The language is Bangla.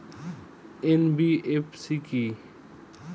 এন.বি.এফ.সি কী?